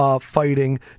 fighting